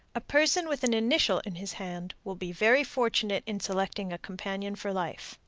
a person with an initial in his hand will be very fortunate in selecting a companion for life.